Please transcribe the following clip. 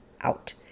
out